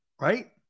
right